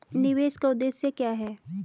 निवेश का उद्देश्य क्या है?